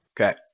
okay